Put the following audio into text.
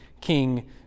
king